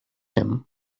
him